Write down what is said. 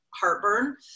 heartburn